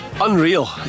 Unreal